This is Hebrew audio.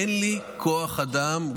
אין לי כוח אדם,